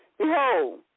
Behold